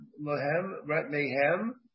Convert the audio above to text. Mayhem